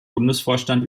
bundesvorstand